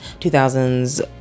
2000s